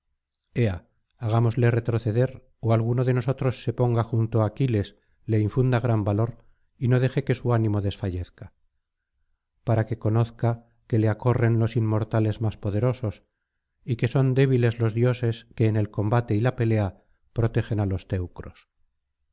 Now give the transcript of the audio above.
ea hagámosle retroceder ó alguno de nosotros se ponga junto á aquiles le infunda gran valor y no deje que su ánimo desfallezca para que conozca que le acorren los inmortales más poderosos y que son débiles los dioses que en el combate y la pelea protegen á los teucros